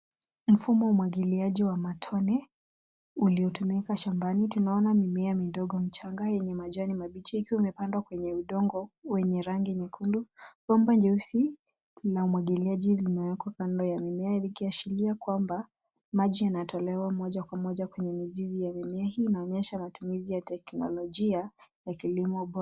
Mfumo wa umwagiliaji wa matone uliotumika shambani. Tunaona mimea midogo michanga yenye majani mabichi ikiwa imepandwa kwenye udongo wenye rangi nyekundu. Bomba nyeusi na umwagiliaji limewekwa kando ya mimea ikiashiria kwamba maji yanatolewa moja kwa moja kwenye mizizi ya mimea, hii inaonyesha matumizi ya teknolojia ya kilimo bora.